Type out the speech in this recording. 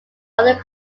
other